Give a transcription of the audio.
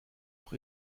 noch